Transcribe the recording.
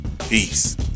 peace